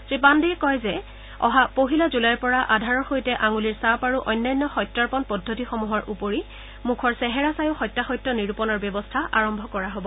শ্ৰীপাণ্ডেয়ে কয় যে অহা পহিলা জুলাইৰ পৰা আধাৰৰ সৈতে আঙুলিৰ চাপ আৰু অন্যান্য সত্যাৰ্পণ পদ্ধতিসমূহৰ উপৰি মুখৰ চেহেৰা চায়ো সত্যাসত্য নিৰূপণৰ ব্যৱস্থা আৰম্ভ কৰা হব